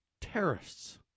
terrorists